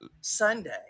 sunday